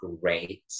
great